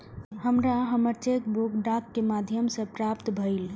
हमरा हमर cheque book डाक के माध्यम से प्राप्त भईल